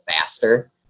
faster